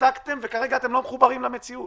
התנתקתם וכרגע אתם לא מחוברים למציאות.